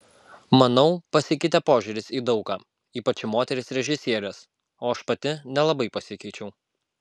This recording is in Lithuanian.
manau pasikeitė požiūris į daug ką ypač į moteris režisieres o aš pati nelabai pasikeičiau